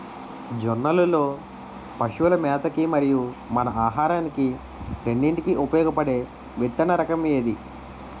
జొన్నలు లో పశువుల మేత కి మరియు మన ఆహారానికి రెండింటికి ఉపయోగపడే విత్తన రకం ఏది?